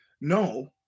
no